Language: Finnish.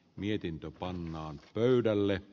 mietintö pannaan pöydälle